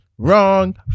wrong